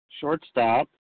Shortstop